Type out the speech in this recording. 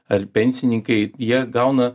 ar pensininkai jie gauna